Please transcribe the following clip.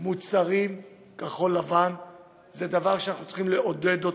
מוצרים כחול-לבן היא דבר שאנחנו צריכים לעודד,